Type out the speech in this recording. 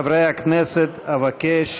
חברי הכנסת, אבקש